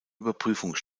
überprüfung